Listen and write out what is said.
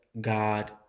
God